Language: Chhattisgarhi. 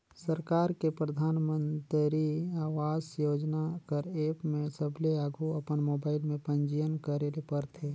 सरकार के परधानमंतरी आवास योजना कर एप में सबले आघु अपन मोबाइल में पंजीयन करे ले परथे